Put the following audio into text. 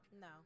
No